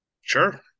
sure